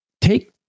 Take